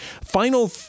final